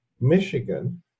Michigan